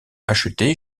achetés